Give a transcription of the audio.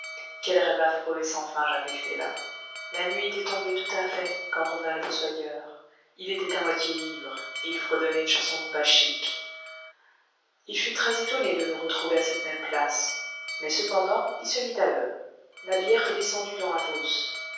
quel rêve affreux et sans fin j'avais fait là la nuit était tombée tout à fait quand revint le fossoyeur il était à moitié ivre et il fredonnait une chanson bachique il fut très-étonné de nous retrouver à cette même place mais cependant il se mit à l'oeuvre la bière fut descendue dans la fosse